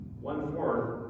one-fourth